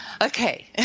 Okay